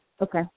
Okay